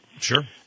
Sure